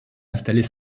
installer